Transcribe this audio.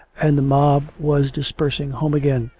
and the mob was dispersing home again,